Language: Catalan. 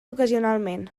ocasionalment